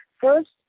first